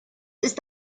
ist